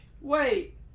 Wait